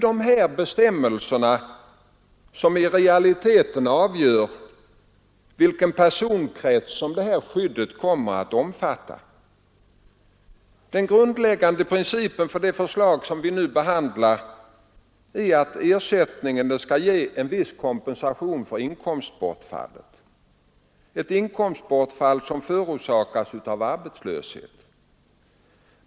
Dessa bestämmelser avgör i realiteten vilken personkrets som detta skydd kommer att omfatta. Den grundläggande principen för det förslag som vi nu behandlar är att ersättningen skall ge en viss kompensation för ett inkomstbortfall som förorsakas av arbetslöshet.